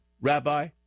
rabbi